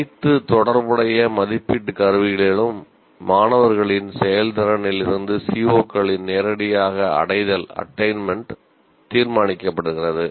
அனைத்து தொடர்புடைய மதிப்பீட்டு கருவிகளிலும் மாணவர்களின் செயல்திறனில் இருந்து CO களின் நேரடியாக அடைதல் தீர்மானிக்கப்படுகிறது